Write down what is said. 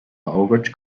fhógairt